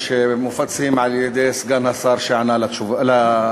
שמופצים על-ידי סגן השר שענה על ההצעה.